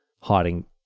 hiding